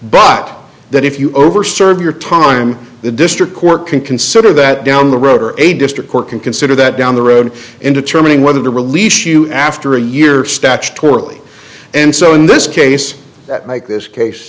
but that if you over serve your time the district court can consider that down the road or a district court can consider that down the road in determining whether to release you after a year statutorily and so in this case that make this case